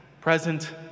present